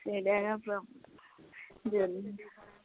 ସେଇଟା ଆକା ପ୍ର